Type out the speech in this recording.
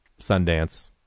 Sundance